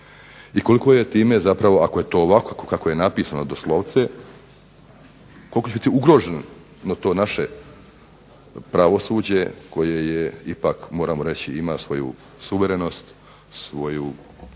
i koliko je time zapravo ako je to ovako kako je napisano doslovce, koliko je tu ugroženo to naše pravosuđe koje je ipak moramo reći ima svoju suverenost, svoju